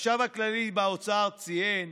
החשב הכללי באוצר ציין: